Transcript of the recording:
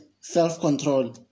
self-control